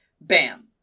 Bam